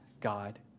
God